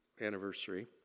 anniversary